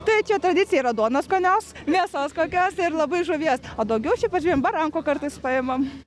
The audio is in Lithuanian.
tai čia tradicija yra duonos skanios mėsos kokios ir labai žuvies o daugiau šiaip pažiūrėjom barankų kartais paimam